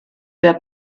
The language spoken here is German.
wer